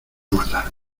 matar